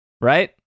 Right